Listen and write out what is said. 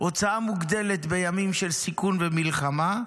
הוצאה מוגדלת בימים של סיכון ומלחמה,